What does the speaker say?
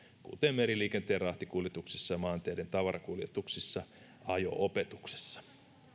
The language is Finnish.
kuten meriliikenteen rahtikuljetuksissa maanteiden tavarakuljetuksissa ja ajo opetuksessa